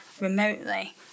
remotely